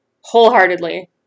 wholeheartedly